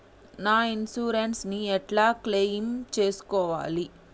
నా ఇన్సూరెన్స్ ని ఎట్ల క్లెయిమ్ చేస్కోవాలి?